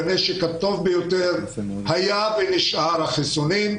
הנשק הטוב ביותר היה ונשאר החיסונים.